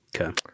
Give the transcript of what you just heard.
okay